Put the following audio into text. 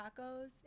tacos